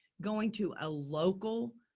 going to a local,